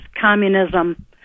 communism